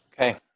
Okay